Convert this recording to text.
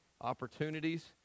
opportunities